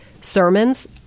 sermons